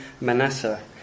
Manasseh